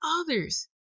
others